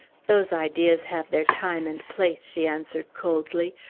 those ideas have their time and place, she answered coldly.